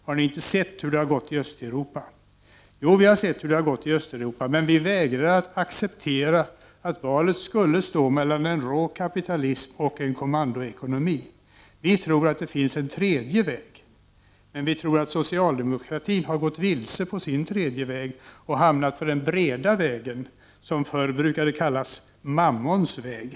Har de inte sett hur det har gått i Östeuropa? Jo, vi har sett hur det har gått i Östeuropa, men vi vägrar att acceptera att valet skulle stå mellan en rå kapitalism och en kommandoekonomi. Vi tror att det finns en tredje väg, men vi tror att socialdemokratin gått vilse på sin tredje väg och hamnat på den breda vägen, den som förr = Prot. 1989/90:45 brukade kallas Mammons väg.